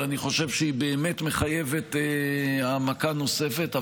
אבל אני חושב שהיא באמת מחייבת העמקה נוספת.